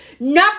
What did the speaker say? Number